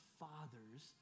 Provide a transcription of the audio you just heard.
fathers